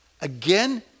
again